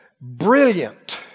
brilliant